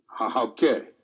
Okay